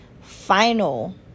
final